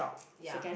ya